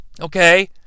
okay